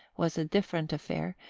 was a different affair,